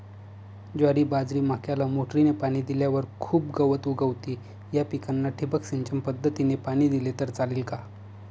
ज्वारी, बाजरी, मक्याला मोटरीने पाणी दिल्यावर खूप गवत उगवते, या पिकांना ठिबक सिंचन पद्धतीने पाणी दिले तर चालेल का?